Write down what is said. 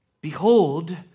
behold